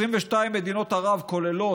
22 מדינות ערב כוללות,